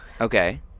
Okay